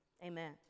amen